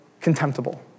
contemptible